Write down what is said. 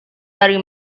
dari